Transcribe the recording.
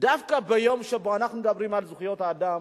דווקא ביום שבו אנחנו מדברים על זכויות אדם,